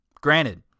Granted